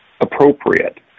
appropriate